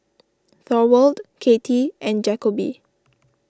Thorwald Katy and Jakobe